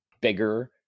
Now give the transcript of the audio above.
bigger